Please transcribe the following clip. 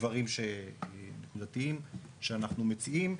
דברים שאנחנו מציעים,